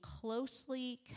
closely